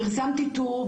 פרסמתי טור,